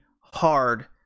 hard